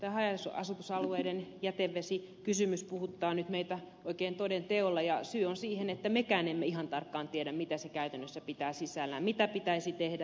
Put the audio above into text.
tämä haja asutusalueiden jätevesikysymys puhuttaa nyt meitä oikein toden teolla ja syy on siinä että mekään emme ihan tarkkaan tiedä mitä se käytännössä pitää sisällään mitä pitäisi tehdä